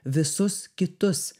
visus kitus